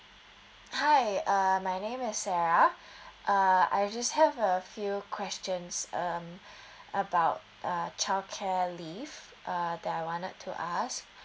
hi uh my name is sarah uh I just have a few questions um about uh childcare leave uh that I wanted to ask